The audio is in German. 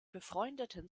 befreundeten